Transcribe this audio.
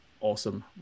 awesome